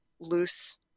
loose